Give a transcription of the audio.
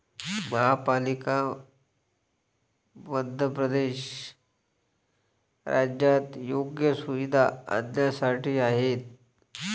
महापालिका बंधपत्रे राज्यात योग्य सुविधा आणण्यासाठी आहेत